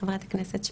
חברת הכנסת שפק.